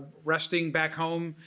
resting back home.